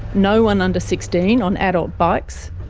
no one under sixteen on adult bikes,